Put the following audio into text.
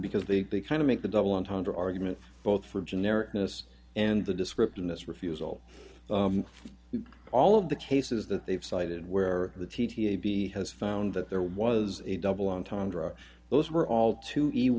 because they the kind of make the double entendre arguments both for generic ness and the description this refusal all of the cases that they've cited where the t t a b has found that there was a double entendre those were all too ea